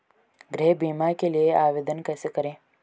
गृह बीमा के लिए आवेदन कैसे करें?